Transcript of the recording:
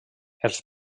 els